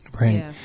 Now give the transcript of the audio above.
Right